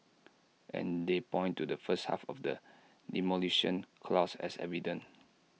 and they point to the first half of the Demolition Clause as evidence